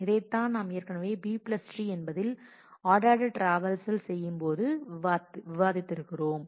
இதைத்தான் நாம் ஏற்கனவே B ட்ரீ என்பதில் ஆர்டர்டு டிராவல்ஸ் செய்யும் போது விவாதித்திருக்கிறோம்